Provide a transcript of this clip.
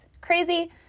crazy